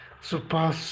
super